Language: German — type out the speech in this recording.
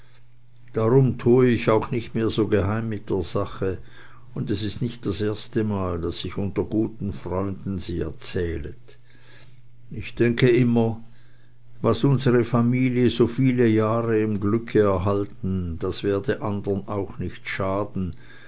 darum tue ich auch nicht mehr so geheim mit der sache und es ist nicht das erstemal daß ich unter guten freunden sie erzählet ich denke immer was unsere familie so viele jahre im glücke erhalten das werde andern auch nicht schaden